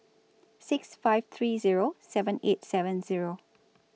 six five three Zero seven eight seven Zero